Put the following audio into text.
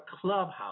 clubhouse